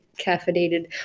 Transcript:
caffeinated